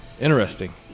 interesting